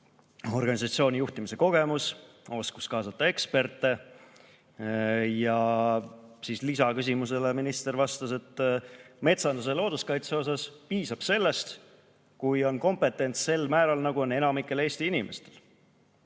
organisatsiooni juhtimise kogemus, oskus kaasata eksperte. Ja lisaküsimusele minister vastas, et metsanduse ja looduskaitse osas piisab sellest, kui on kompetents sel määral, nagu on enamikul Eesti inimestel.